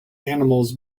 animals